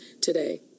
today